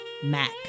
Mac